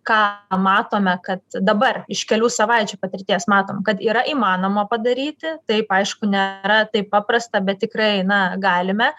ką matome kad dabar iš kelių savaičių patirties matom kad yra įmanoma padaryti taip aišku nėra taip paprasta bet tikrai na galime